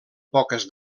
poques